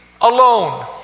alone